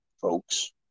folks